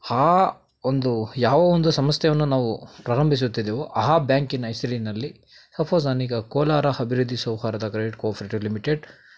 ಆ ಒಂದು ಯಾವ ಒಂದು ಸಂಸ್ಥೆಯನ್ನು ನಾವು ಪ್ರಾರಂಭಿಸುತ್ತಿದ್ದೇವೋ ಆ ಬ್ಯಾಂಕಿನ ಹೆಸರಿನಲ್ಲಿ ಸಪೋಸ್ ನಾನೀಗ ಕೋಲಾರ ಅಬಿವೃದ್ಧಿ ಸೌಹಾರ್ದ ಕ್ರೆಡಿಟ್ ಕೋಆಫರೇಟಿವ್ ಲಿಮಿಟೆಡ್